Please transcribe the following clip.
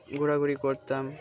ঘোরাঘুরি করতাম